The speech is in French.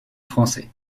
français